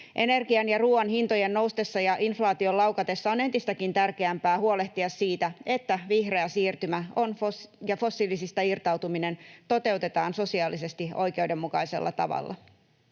Energian ja ruuan hintojen noustessa ja inflaation laukatessa on entistäkin tärkeämpää huolehtia siitä, että vihreä siirtymä ja fossiilisista irtautuminen toteutetaan sosiaalisesti oikeudenmukaisella tavalla.